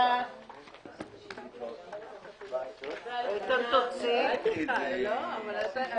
הישיבה ננעלה בשעה 12:00.